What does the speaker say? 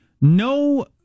No